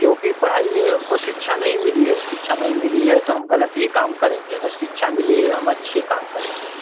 क्योंकि पढ़ाई यह है हमको शिक्षा नहीं मिली है शिक्षा नहीं मिली है तो हम ग़लत ही काम करेंगे अगर शिक्षा मिली है हम अच्छे काम करेंगे